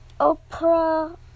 Oprah